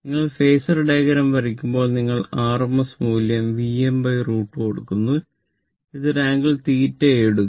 നിങ്ങൾ phasor diagram വരയ്ക്കുമ്പോൾ നിങ്ങൾ rms മൂല്യം Vm √ 2 എടുക്കുന്നു ഇത് ഒരു ആംഗിൾ θ ആയി എടുക്കാം